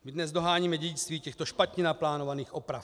My dnes doháníme dědictví těchto špatně naplánovaných oprav.